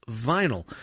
vinyl